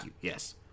Yes